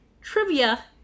Trivia